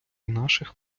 наших